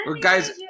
Guys